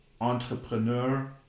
entrepreneur